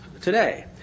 today